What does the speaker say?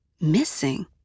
Missing